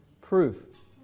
proof